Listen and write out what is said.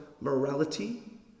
morality